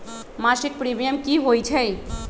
मासिक प्रीमियम की होई छई?